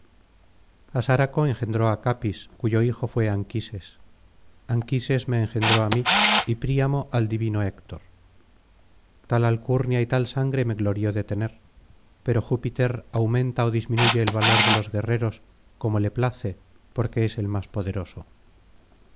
asáraco engendró á capis cuyo hijo fué anquises anquises me engendró á mí y príamo al divino héctor tal alcurnia y tal sangre me glorío de tener pero júpiter aumenta ó disminuye el valor de los guerreros como le place porque es el más poderoso